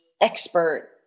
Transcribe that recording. expert